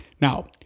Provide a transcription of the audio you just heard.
Now-